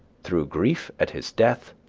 through grief at his death,